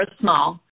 small